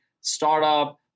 startup